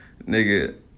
Nigga